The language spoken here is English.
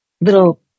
little